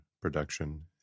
production